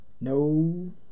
no